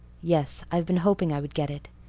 yes, i've been hoping i would get it.